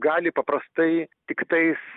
gali paprastai tiktais